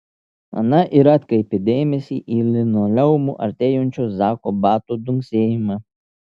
ana ir atkreipė dėmesį į linoleumu artėjančio zako batų dunksėjimą